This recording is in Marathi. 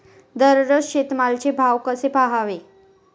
दररोज शेतमालाचे भाव कसे पहावे?